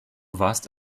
warst